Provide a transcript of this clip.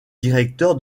directeur